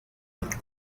with